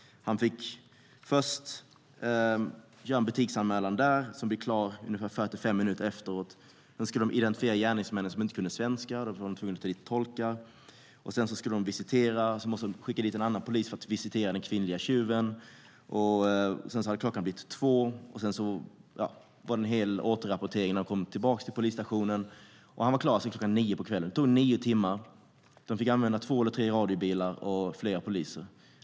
Han fick först göra en butiksanmälan, som blev klar ungefär 45 minuter efteråt. Sedan skulle de identifiera gärningsmännen, som inte kunde svenska. Då var de tvungna att ta dit tolkar. Sedan skulle de visitera. Då behövde de skicka dit en annan polis för att visitera den kvinnliga tjuven. Då hade klockan blivit 14. Sedan var det en hel återrapportering när de kom tillbaka till polisstationen. Den här polisen var klar kl. 21. Det tog nio timmar. De fick använda två eller tre radiobilar och flera poliser.